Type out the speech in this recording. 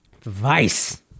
Vice